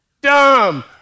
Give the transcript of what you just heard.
dumb